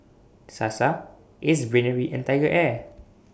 Sasa Ace Brainery and TigerAir